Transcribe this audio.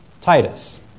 Titus